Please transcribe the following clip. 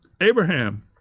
Abraham